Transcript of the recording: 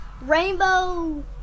Rainbow